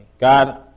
God